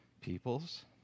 peoples